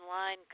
online